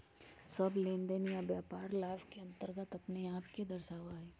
सब लेनदेन या व्यापार लाभ के अन्तर्गत अपने आप के दर्शावा हई